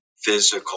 physical